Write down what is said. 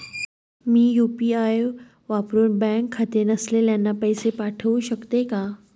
मी UPI वापरुन bank खाते नसलेल्यांना पैसे पाठवू शकते का?